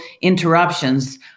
interruptions